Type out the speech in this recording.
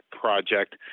project